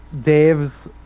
Dave's